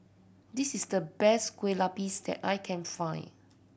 this is the best Kueh Lapis that I can find